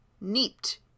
Neat